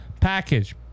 package